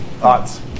Thoughts